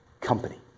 company